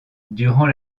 durant